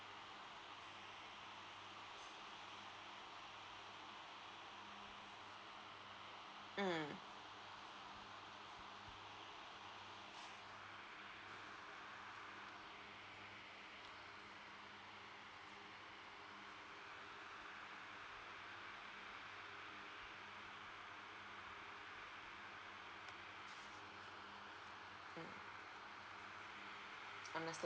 mm understand